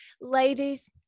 Ladies